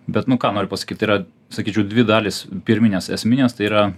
bet nu ką noriu pasakyt tai yra sakyčiau dvi dalys pirminės esminės tai yra